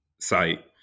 site